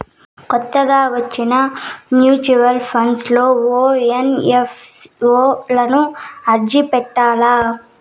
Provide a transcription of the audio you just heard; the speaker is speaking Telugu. కొత్తగా వచ్చిన మ్యూచువల్ ఫండ్స్ లో ఓ ఎన్.ఎఫ్.ఓ లకు అర్జీ పెట్టల్ల